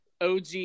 OG